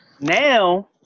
Now